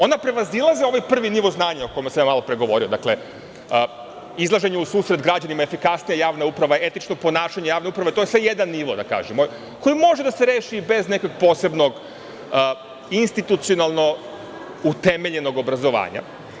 Ona prevazilaze ovaj prvi nivo znanja o kome sam malopre govorio, dakle, izlaženje u susret građanima, efikasnija javna uprava, etično ponašanje javne uprave, to je sve jedan nivo, da kažem, koji može da se reši bez nekog posebnog institucionalno utemeljenog obrazovanja.